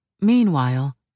Meanwhile